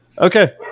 okay